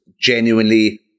genuinely